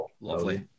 lovely